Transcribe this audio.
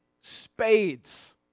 spades